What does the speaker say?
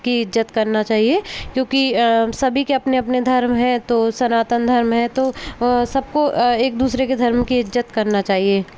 की इज्ज़त करना चाहिए क्योंकि सभी के अपने अपने धर्म हैं तो सनातन धर्म है तो सबको एक दूसरे के धर्म की इज्ज़त करना चाहिए